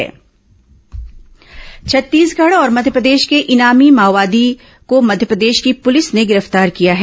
माओवादी गिरफ्तार छत्तीसगढ़ और मध्यप्रदेश के इनामी माओवादी को मध्यप्रदेश की पुलिस ने गिरफ्तार किया है